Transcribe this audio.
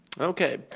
Okay